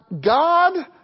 God